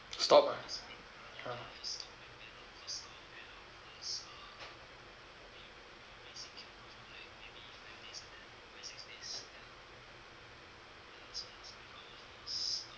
stock ah ah